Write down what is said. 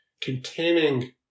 containing